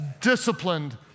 disciplined